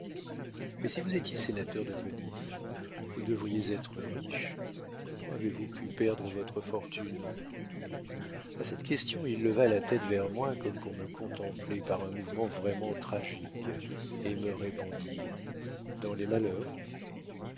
mais si vous étiez sénateur de venise vous deviez être riche comment avez-vous pu perdre votre fortune a cette question il leva la tête vers moi comme pour me contempler par un mouvement vraiment tragique et me répondit dans les malheurs